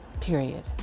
period